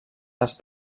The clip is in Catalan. dels